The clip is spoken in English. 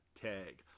tag